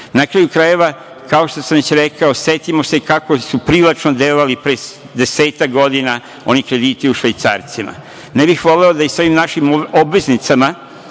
Na kraju krajeva, kao što sam već rekao, setimo se kako su privlačno delovali pre desetak godina oni krediti u švajcarcima. Ne bih voleo da i sa ovim našim obveznicama